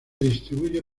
distribuye